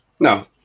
No